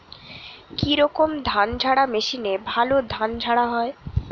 কি রকম ধানঝাড়া মেশিনে ভালো ধান ঝাড়া হয়?